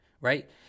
right